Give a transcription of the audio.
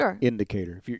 indicator